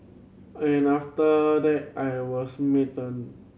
and after that I was smitten